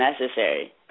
necessary